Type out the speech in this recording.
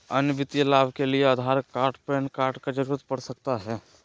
अन्य वित्तीय लाभ के लिए आधार कार्ड पैन कार्ड की जरूरत पड़ सकता है?